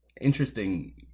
interesting